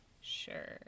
sure